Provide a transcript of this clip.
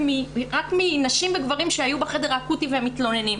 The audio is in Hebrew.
רק מנשים וגברים שהיו בחדר האקוטי והם מתלוננים.